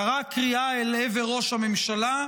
קרא קריאה אל עבר ראש הממשלה,